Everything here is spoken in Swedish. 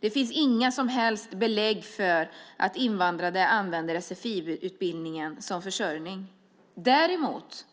Det finns inga som helst belägg för att invandrade använder sfi-utbildningen som försörjning. Däremot